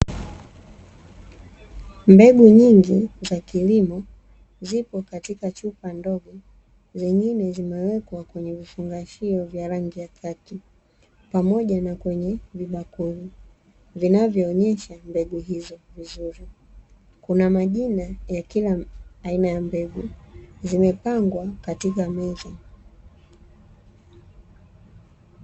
Mbegu nyingi za kilimo zipo katika chupa ndogo zingine zimewekwa kwenye vifungashio vya rangi ya kaki, pamoja na kwenye vibakuli vinazoonyesha mbegu hizo vizuri. Kuna majina ya kila aina ya mbegu zimepangwa katika meza.